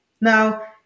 Now